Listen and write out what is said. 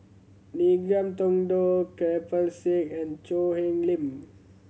Ngiam Tong Dow Kirpal Singh and Choo Hwee Lim